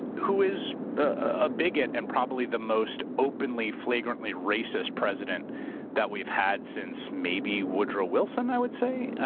who is a bigot and probably the most openly flagrantly racist president that we've had since maybe woodrow wilson, i would say.